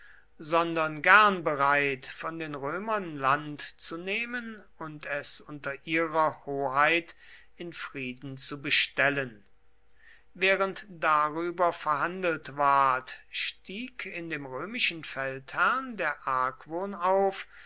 sondern gern bereit von den römern land zu nehmen und es unter ihrer hoheit in frieden zu bestellen während darüber verhandelt ward stieg in dem römischen feldherrn der argwohn auf